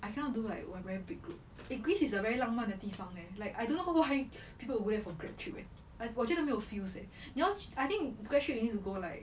I cannot do like what a very big group eh greece is a very 浪漫的地方 leh like I don't know why people went for grad trip eh like 我觉得没有 feels leh you know I think grad trip you need to go like